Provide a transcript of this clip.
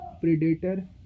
predator